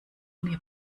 mir